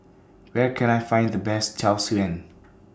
Where Can I Find The Best Tau Suan